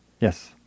Yes